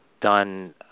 done